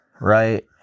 Right